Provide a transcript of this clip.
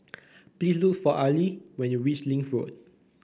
please look for Arley when you reach Link Road